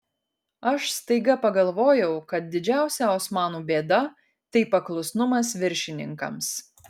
aš staiga pagalvojau kad didžiausia osmanų bėda tai paklusnumas viršininkams